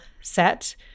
set